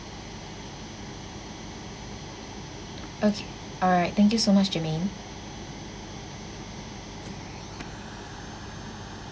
okay alright thank you so much germaine